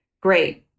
Great